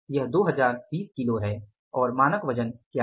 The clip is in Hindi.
यह 2020 किलो है और मानक वजन क्या था